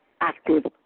active